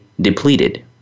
depleted